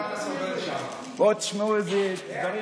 בואו תשמעו איזה דברים